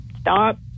stop